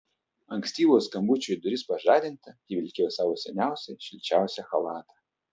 ankstyvo skambučio į duris pažadinta ji vilkėjo savo seniausią šilčiausią chalatą